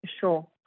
Sure